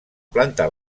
planta